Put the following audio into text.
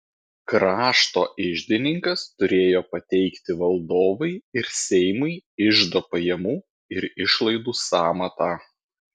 krašto iždininkas turėjo pateikti valdovui ir seimui iždo pajamų ir išlaidų sąmatą